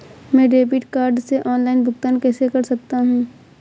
मैं debit card से online भुगतान कैसे कर सकता हूँ?